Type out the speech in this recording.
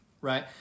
right